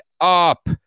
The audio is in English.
up